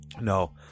no